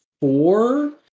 four